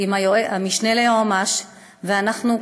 עם המשנה ליועץ המשפטי לממשלה,